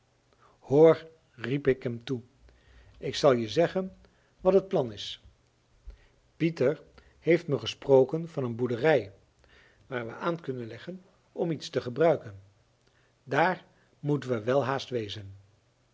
hoor riep ik hem toe ik zal je zeggen wat het plan is pieter heeft me gesproken van een boerderij waar we aan kunnen leggen om iets te gebruiken daar moeten we welhaast wezen